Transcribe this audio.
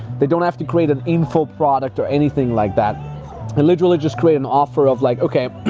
they don't have to create an info product or anything like that. and literally just create an offer of like, okay,